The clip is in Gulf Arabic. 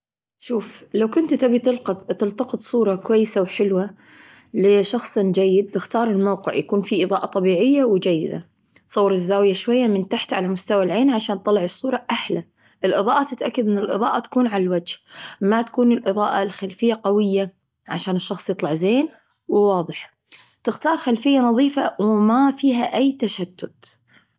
شوف، لو كنت تبي تلقط -تلتقط صورة كويسة وحلوة لشخص جيد، تختار الموقع يكون فيه إضاءة طبيعية وجيدة. صور الزاوية شوية من تحت على مستوى العين عشان تطلعي الصورة أحلى. الإضاءة، تتأكد أن الإضاءة تكون على الوجه ما تكون الإضاءة الخلفية قوية عشان الشخص يطلع زين وواضح. تختار خلفية نظيفة وما فيها أي تشتت.